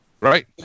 Right